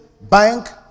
bank